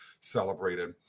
celebrated